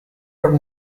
where